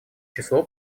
число